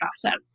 process